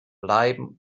bleiben